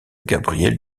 gabrielle